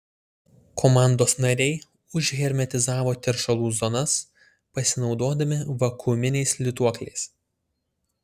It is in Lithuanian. komandos nariai užhermetizavo teršalų zonas pasinaudodami vakuuminiais lituokliais